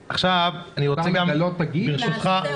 ברשותך,